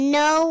no